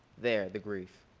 there the grief.